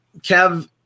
Kev